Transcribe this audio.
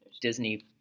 Disney